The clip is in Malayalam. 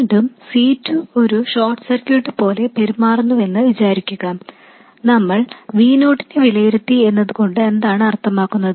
വീണ്ടും C2 ഒരു ഷോർട്ട് സർക്യൂട്ട് പോലെ പെരുമാറുന്നുവെന്ന് വിചാരിക്കുക നമ്മൾ V നോട്ടിനെ വിലയിരുത്തി എന്നതുകൊണ്ട് എന്താണ് അർത്ഥമാക്കുന്നത്